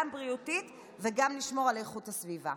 גם בריאותית, וגם נשמור על איכות הסביבה.